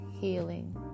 healing